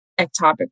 ectopic